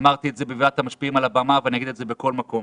אמרתי את זה בוועדת המשפיעים על הבמה ואני אגיד את זה בכל מקום: